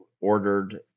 ordered